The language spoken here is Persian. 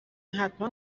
حتما